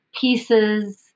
pieces